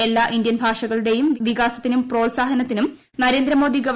എല്ലാ ഇന്ത്യൻ ഭാഷകളുടെയും വികാസത്തിനും പ്രോത്സാഹനത്തിനും നരേന്ദ്രമോദി ഗവ